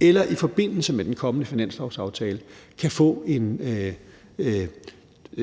eller i forbindelse med den kommende finanslovsaftale kan få en